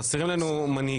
חסרים לנו מנהיגים,